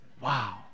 Wow